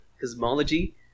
cosmology